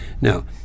Now